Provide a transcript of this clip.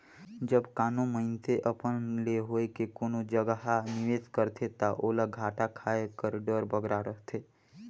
जब कानो मइनसे अपन ले होए के कोनो जगहा निवेस करथे ता ओला घाटा खाए कर डर बगरा रहथे